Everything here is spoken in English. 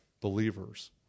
believers